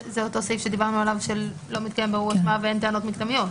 זה אותו סעיף שדיברנו עליו שלא מתקיים בירור אשמה ואין טענות מקדמיות.